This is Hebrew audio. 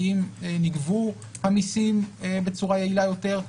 אם נגבו המיסים בצורה יעילה יותר.